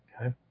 Okay